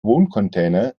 wohncontainer